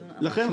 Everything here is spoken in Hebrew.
לכן,